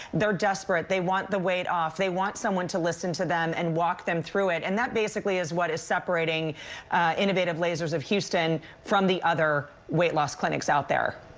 they're desperate. they want the weight off. they want someone to listen to them and walk them through it and that basically is what is separating innovative lasers of houston from the other weight loss clinics out there.